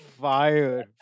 fire